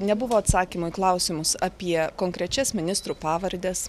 nebuvo atsakymų į klausimus apie konkrečias ministrų pavardes